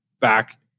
back